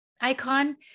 icon